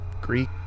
Greek